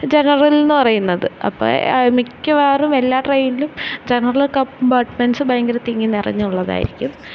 ജനറലെന്നു പറയുന്നത് അപ്പോള് മിക്കവാറും എല്ലാ ട്രെയിനിലും ജെനറല് കമ്പാർട്ട്മെൻറ്റ്സ് ഭയങ്കര തിങ്ങി നിറഞ്ഞുള്ളതായിരിക്കും